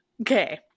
okay